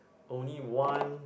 only one